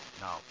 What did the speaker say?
now